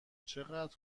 چقدر